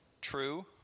True